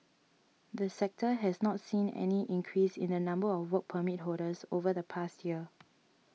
the sector has not seen any increase in the number of Work Permit holders over the past year